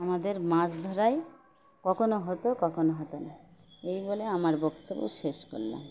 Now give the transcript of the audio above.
আমাদের মাছ ধরায় কখনও হতো কখনও হতো না এই বলে আমার বক্তব্য শেষ করলাম